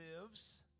lives